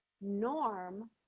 norm